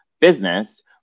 business